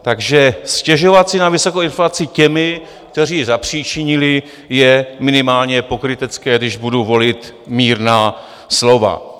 Takže stěžovat si na vysokou inflaci těmi, kteří ji zapříčinili, je minimálně pokrytecké, když budu volit mírná slova.